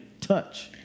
touch